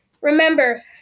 remember